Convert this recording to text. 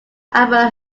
albert